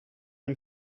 une